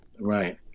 Right